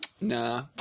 Nah